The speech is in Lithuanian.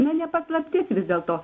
na ne paslaptis vis dėlto